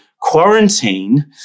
quarantine